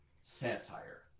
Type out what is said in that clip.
satire